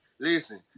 listen